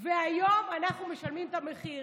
והיום אנחנו משלמים את המחיר.